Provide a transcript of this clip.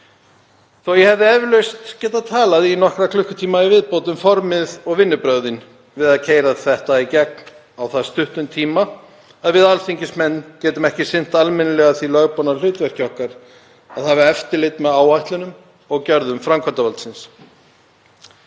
að ég hefði eflaust getað talað í nokkra klukkutíma í viðbót um formið og vinnubrögðin við að keyra þetta í gegn á það stuttum tíma að við alþingismenn getum ekki sinnt almennilega því lögboðna hlutverki okkar að hafa eftirlit með áætlunum og gerðum framkvæmdarvaldsins.